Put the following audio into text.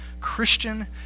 Christian